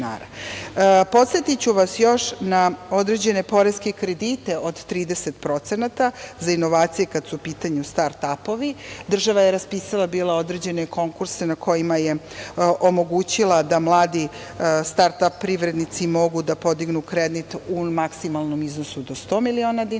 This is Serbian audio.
dinara. Podsetiću vas još na određene poreske kredite od 30% za inovacije kad su u pitanju start ap-ovi. Država je raspisala bila određene konkurse na kojima je omogućila da mladi start ap privrednici mogu da podignu kredit u maksimalnom iznosu do 100 miliona dinara